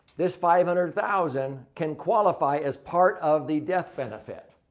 this five hundred thousand can qualify as part of the death benefit.